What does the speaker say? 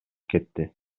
кетти